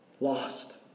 lost